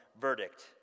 verdict